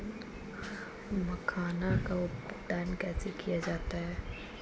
मखाना का उत्पादन कैसे किया जाता है?